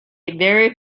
very